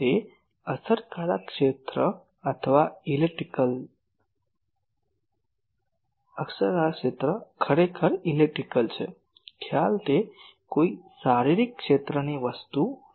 તે અસરકારક ક્ષેત્ર ખરેખર ઇલેક્ટ્રિકલ છે ખ્યાલ તે કોઈ શારીરિક ક્ષેત્રની વસ્તુ નથી